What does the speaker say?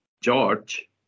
George